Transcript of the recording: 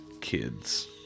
Kids